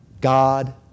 God